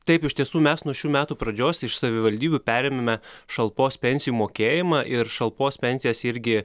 taip iš tiesų mes nuo šių metų pradžios iš savivaldybių perėmėme šalpos pensijų mokėjimą ir šalpos pensijas irgi